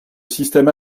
système